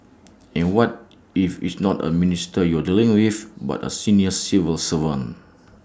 and what if it's not A minister you're dealing with but A senior civil servant